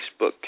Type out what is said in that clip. Facebook